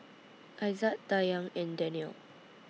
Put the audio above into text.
Aizat Dayang and Daniel